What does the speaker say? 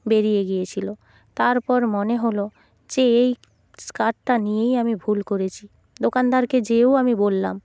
বেরিয়ে গিয়েছিল তারপর মনে হল যে এই স্কার্টটা নিয়েই আমি ভুল করেছি দোকানদারকে যেয়েও আমি বললাম